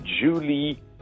Julie